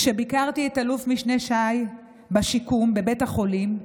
כשביקרתי את אלוף משנה שי בשיקום בבית החולים,